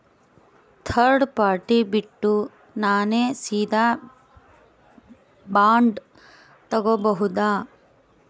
Third party ಬಿಟ್ಟು ನಾನೇ ಸೀದಾ ಬಾಂಡ್ ತೋಗೊಭೌದಾ?